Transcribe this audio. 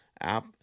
app